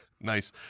nice